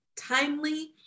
timely